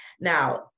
now